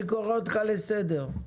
קרעי, אני קורא אותך לסדר פעם ראשונה.